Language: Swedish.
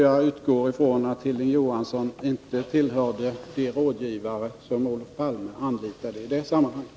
Jag utgår ifrån att Hilding Johansson inte tillhörde de rådgivare som Olof Palme anlitade i det sammanhanget.